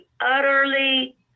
utterly